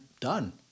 done